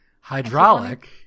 Hydraulic